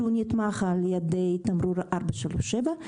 שנתמך על ידי תמרור 437,